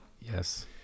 Yes